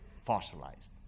fossilized